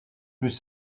plus